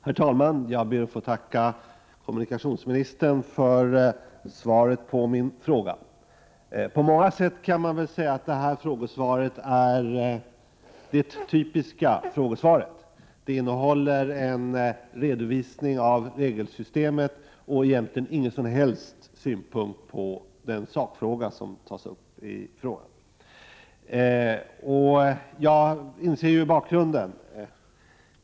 Herr talman! Jag ber att få tacka kommunikationsministern för svaret på min fråga. På många sätt kan man väl säga att detta frågesvar är det typiska frågesvaret. Det innehåller en redovisning av regelsystemet och egentligen ingen som helst synpunkt på den sakfråga som togs upp i min fråga. Jag inser ju bakgrunden.